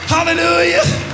Hallelujah